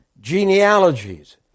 genealogies